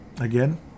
Again